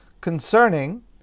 concerning